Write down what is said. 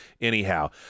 anyhow